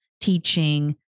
teaching